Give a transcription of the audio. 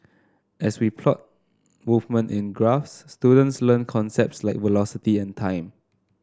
as we plot movement in graphs students learn concepts like velocity and time